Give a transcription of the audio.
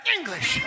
English